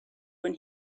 when